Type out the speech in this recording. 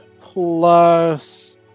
plus